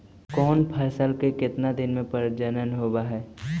कौन फैसल के कितना दिन मे परजनन होब हय?